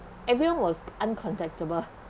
everyone was uncontactable